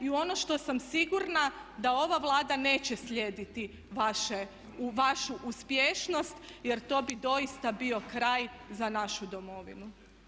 Ono što sam sigurna da ova Vlada neće slijediti vašu uspješnost jer to bi doista bio kraj za našu domovinu.